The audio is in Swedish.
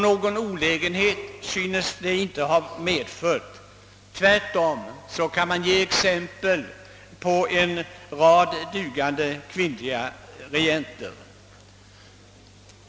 Någon olägenhet synes detta inte ha medfört. Man kan tvärtom ge exempel på en rad dugande kvinnliga regenter.